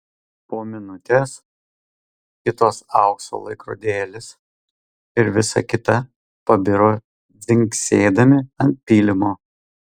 po minutės kitos aukso laikrodėlis ir visa kita pabiro dzingsėdami ant pylimo